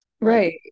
right